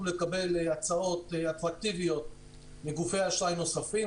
לקבל הצעות אטרקטיביות מגופי אשראי נוספים,